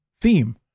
theme